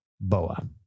Boa